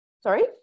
Sorry